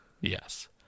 Yes